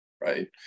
right